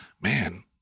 man